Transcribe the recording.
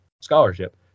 scholarship